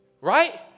right